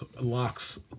locks